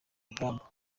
rugamba